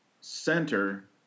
center